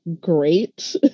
great